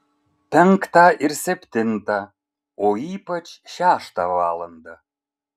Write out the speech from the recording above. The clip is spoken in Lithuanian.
penktą ir septintą o ypač šeštą valandą